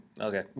Okay